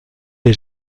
est